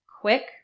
quick